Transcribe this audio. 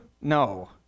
No